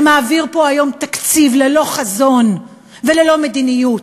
שמעביר פה היום תקציב ללא חזון וללא מדיניות,